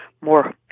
more